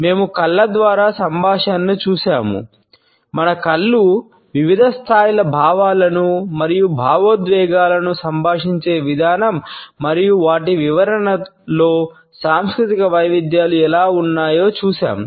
మేము కళ్ళ ద్వారా సంభాషణను చూశాము మన కళ్ళు వివిధ స్థాయిల భావాలను మరియు భావోద్వేగాలను సంభాషించే విధానం మరియు వాటి వివరణలో సాంస్కృతిక వైవిధ్యాలు ఎలా ఉన్నాయో చూశాం